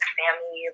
family